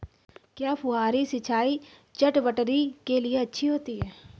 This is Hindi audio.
क्या फुहारी सिंचाई चटवटरी के लिए अच्छी होती है?